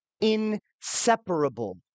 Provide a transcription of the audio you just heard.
inseparable